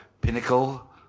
pinnacle